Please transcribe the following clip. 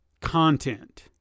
content